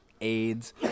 AIDS